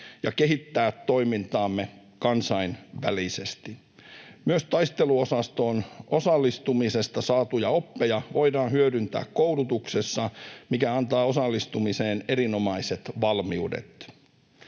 ja kehittää toimintaamme kansainvälisesti. Myös taisteluosastoon osallistumisesta saatuja oppeja voidaan hyödyntää koulutuksessa, mikä antaa osallistumiseen erinomaiset valmiudet.